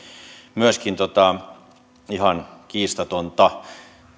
myöskin ihan kiistatonta